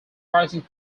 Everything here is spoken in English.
pricing